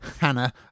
Hannah